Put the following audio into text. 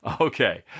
Okay